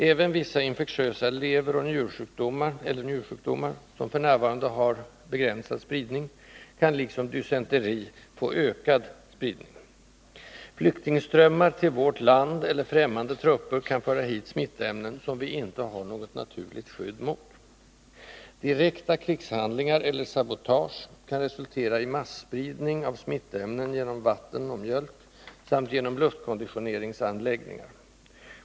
Även vissa infektiösa levereller njursjukdomar, som f. n. har begränsad spridning, kan — liksom dysenteri — få ökad spridning. Flyktingströmmar till vårt land eller främmande trupper kan föra hit smittämnen, som vi inte har något naturligt skydd mot. Direkta krigshandlingar, eller sabotage, kan resultera i masspridning av smittämnen genom vatten och mjölk samt genom luftkonditioneringsanläggningar.